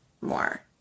more